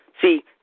See